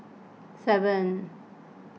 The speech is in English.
seven